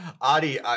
Adi